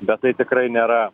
bet tai tikrai nėra